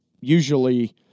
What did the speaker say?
usually